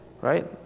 right